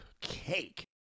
Cake